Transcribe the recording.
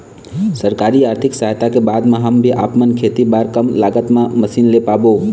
सरकारी आरथिक सहायता के बाद मा हम भी आपमन खेती बार कम लागत मा मशीन ले पाबो?